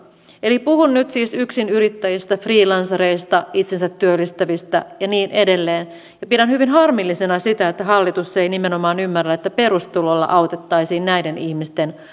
eli puhun nyt yksinyrittäjistä freelancereista itsensätyöllistäjistä ja niin edelleen pidän hyvin harmillisena sitä että hallitus ei nimenomaan ymmärrä että perustulolla autettaisiin näiden ihmisten